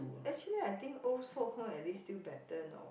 actually I think old folks home at least still better know